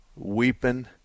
Weeping